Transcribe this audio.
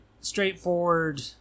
straightforward